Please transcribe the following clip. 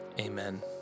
Amen